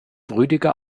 rüdiger